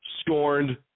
scorned